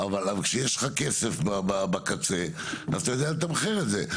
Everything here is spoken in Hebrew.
אבל כשיש לך כסף בקצה אז אתה יודע לתמחר את זה.